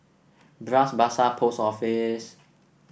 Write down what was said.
Bras Basah Post Office